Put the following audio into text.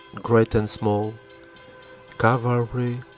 great and small cavalry.